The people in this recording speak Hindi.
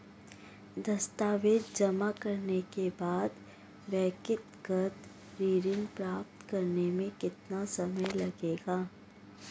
दस्तावेज़ जमा करने के बाद व्यक्तिगत ऋण प्राप्त करने में कितना समय लगेगा?